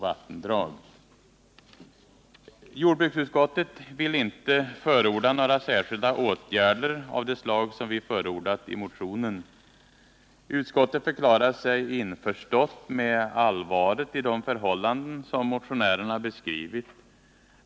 vattendrag. Jordbruksutskottet vill inte förorda några särskilda åtgärder av det slag som vi förordat i motionen. Utskouet förklarar sig införstått med allvaret i de förhållanden som motionärerna beskriver.